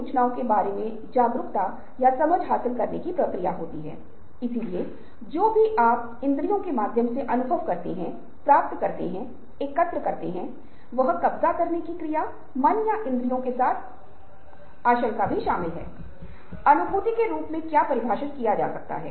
रचनात्मकता नए और मूल विचारों का उत्पादन करती है जिसमें मौलिकता नवीनता और उपयोगिता शामिल होती है